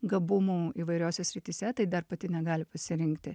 gabumų įvairiose srityse tai dar pati negali pasirinkti